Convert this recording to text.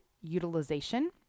utilization